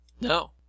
No